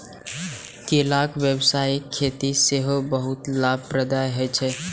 केलाक व्यावसायिक खेती सेहो बहुत लाभप्रद होइ छै